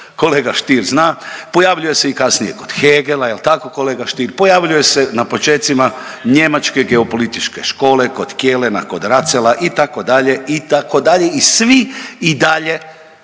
kolega Stier zna pojavljuje se i kasnije kod Hegela, jel tako kolega Stier, pojavljuje se na početcima njemačke geopolitičke škole kod Kelena, kod Racela itd., itd. i svi i dalje,